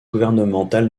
gouvernementale